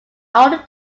alder